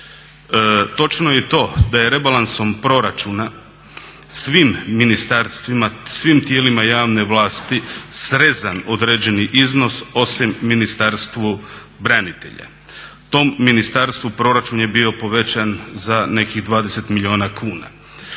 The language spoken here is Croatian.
Točno je i to da je rebalansom proračuna svim ministarstvima, svim tijelima javne vlasti srezan određeni iznos osim Ministarstvu branitelja. Tom ministarstvu proračun je bio povećan za nekih 20 milijuna kuna.